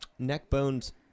Neckbone's